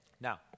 Now